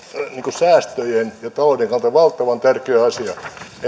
säästöjen ja talouden kannalta valtavan tärkeä asia että